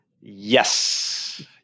Yes